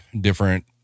different